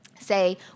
say